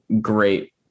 great